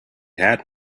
had